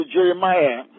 Jeremiah